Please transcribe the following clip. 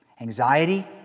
Anxiety